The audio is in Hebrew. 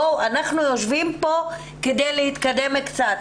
אנחנו יושבים כאן כדי להתקדם קצת.